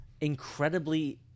incredibly